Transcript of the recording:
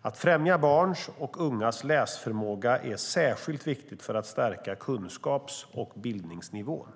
Att främja barns och ungas läsförmåga är särskilt viktigt för att stärka kunskaps och bildningsnivån.